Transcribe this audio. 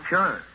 Sure